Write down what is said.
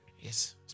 yes